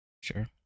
sure